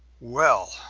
well!